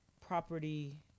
property